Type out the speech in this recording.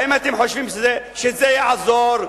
האם אתם חושבים שזה יעזור,